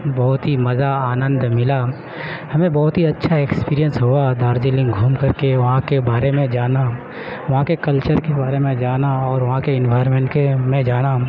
بہت ہی مزہ آنند ملا ہمیں بہت ہی اچھا ایکسپیرئنس ہوا دارجلنگ گھوم کر کے وہاں کے بارے میں جانا وہاں کے کلچر کے بارے میں جانا اور وہاں کے انوائرمنٹ کے میں جانا